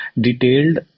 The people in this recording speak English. detailed